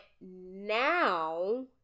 now